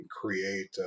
create